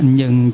nhưng